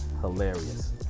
Hilarious